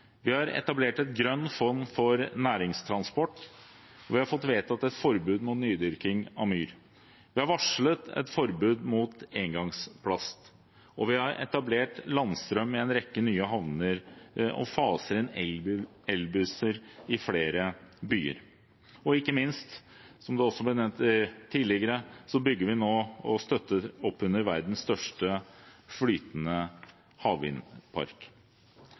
Vi har etablert et grønt fond for næringstransport, og vi har fått vedtatt et forbud mot nydyrking av myr. Vi har varslet et forbud mot engangsplast, vi har etablert landstrøm i en rekke nye havner, og vi faser inn elbusser i flere byer. Og ikke minst, som det også ble nevnt tidligere, bygger vi nå og støtter opp under verdens største flytende havvindpark.